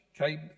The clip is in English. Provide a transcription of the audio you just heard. okay